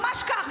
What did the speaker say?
ממש כך.